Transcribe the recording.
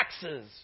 taxes